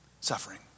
suffering